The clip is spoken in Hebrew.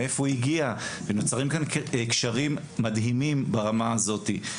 מאיפה הוא הגיע ונוצרים כאן קשרים מדהימים ברמה הזאתי.